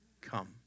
come